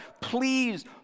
Please